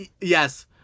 Yes